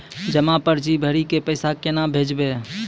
जमा पर्ची भरी के पैसा केना भेजबे?